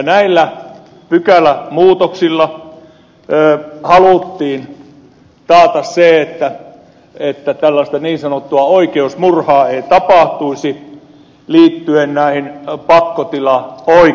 näillä pykälämuutoksilla haluttiin taata se että niin sanottua oikeusmurhaa ei tapahtuisi liittyen ennen kaikkea pakkotilaoikeuteen